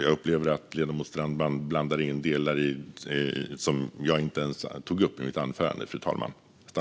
Jag upplever att ledamoten Strandman blandar in delar som jag inte ens tog upp i mitt anförande, fru talman.